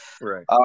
right